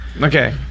Okay